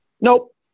Nope